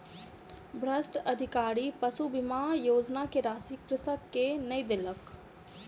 भ्रष्ट अधिकारी पशु बीमा योजना के राशि कृषक के नै देलक